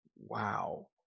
Wow